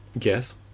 Yes